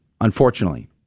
unfortunately